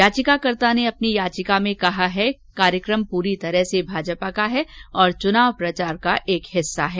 याचिकाकर्ता ने अपनी याचिका में कहा है कार्यक्रम पूरी तरह से भाजपा का है और चुनाव प्रचार का एक हिस्सा है